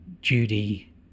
Judy